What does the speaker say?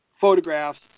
photographs